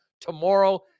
Tomorrow